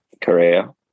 Korea